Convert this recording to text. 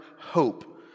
hope